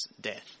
death